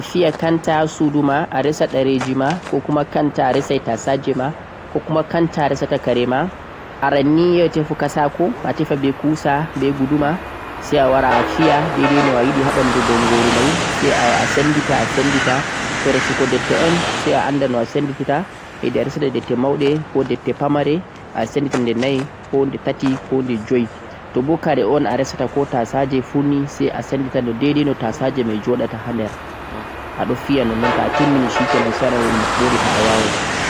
Ta'ayiɗe a fiya kanta ha suuduma je defte koh je kaya koh tasaje. Arannii tefu katako, kusa be guduma sai a fiya dai-dai no ayiɗe, boo a sendita